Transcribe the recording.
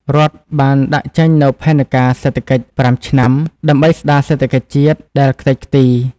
រដ្ឋបានដាក់ចេញនូវផែនការសេដ្ឋកិច្ច ៥ ឆ្នាំ ដើម្បីស្តារសេដ្ឋកិច្ចជាតិដែលខ្ទេចខ្ទី។